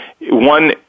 one